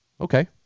Okay